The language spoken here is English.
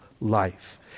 life